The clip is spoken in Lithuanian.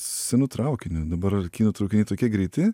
senu traukiniu dabar kinų traukiniai tokie greiti